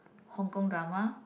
Hong-Kong drama